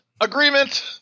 Agreement –